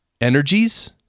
energies